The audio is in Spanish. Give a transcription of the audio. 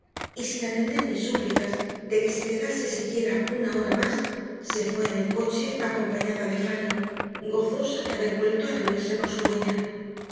y sin atender mis súplicas de que se quedase siquiera una hora más se fue en el coche acompañada de fanny gozosa de haber vuelto a reunirse con su dueña